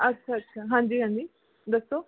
ਅੱਛਾ ਅੱਛਾ ਹਾਂਜੀ ਹਾਂਜੀ ਦੱਸੋ